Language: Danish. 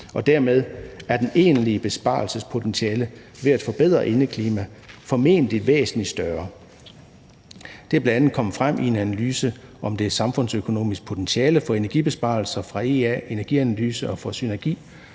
Dermed er det egentlige besparelsespotentiale ved at forbedre indeklimaet formentlig væsentlig større. Det er bl.a. kommet frem i en analyse om det samfundsøkonomiske potentiale af energibesparelser fra Ea Energianalyse og fra